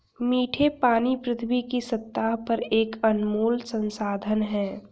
मीठे पानी पृथ्वी की सतह पर एक अनमोल संसाधन है